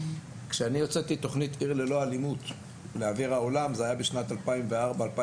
כשאני הוצאתי את תכנית "עיר ללא אלימות" לאוויר העולם בשנת 2004-2005,